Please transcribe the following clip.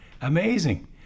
Amazing